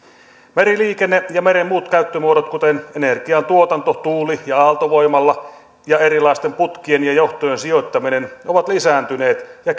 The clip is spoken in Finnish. meriliikenne ja meren muut käyttömuodot kuten energiantuotanto tuuli ja aaltovoimalla ja erilaisten putkien ja johtojen sijoittaminen ovat lisääntyneet ja